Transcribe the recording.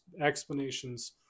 explanations